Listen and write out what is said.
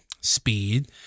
speed